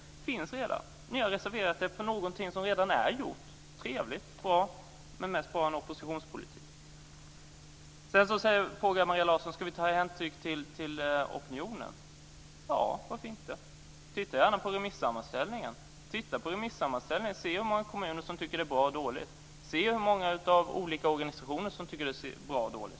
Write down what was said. Den texten finns redan, och ni har reserverat er mot någonting som redan finns. Det är trevligt men mest ett uttryck för en oppositionspolitik. Maria Larsson frågar vidare om vi kommer att ta hänsyn till opinionen. Ja, varför inte? Titta gärna på remissammanställningen och studera fördelningen av kommunernas uppfattningar om maxtaxan! Eller se på hur organisationernas uppfattningar fördelar sig!